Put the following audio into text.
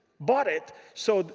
bought it. so,